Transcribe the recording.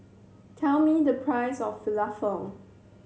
tell me the price of Falafel